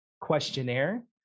questionnaire